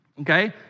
okay